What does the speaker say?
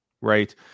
right